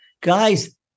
Guys